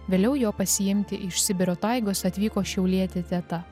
vėliau jo pasiimti iš sibiro taigos atvyko šiaulietė teta